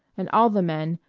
and all the men,